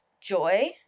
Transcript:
joy